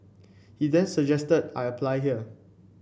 he then suggested I apply here